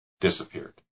disappeared